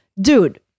Dude